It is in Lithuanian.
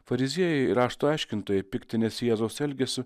fariziejai rašto aiškintojai piktinęsi jėzaus elgesiu